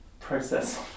process